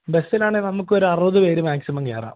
ബസ്സിലാണെങ്കില് നമുക്കൊരു അറുപത് പേര് മാക്സിമം കയറാം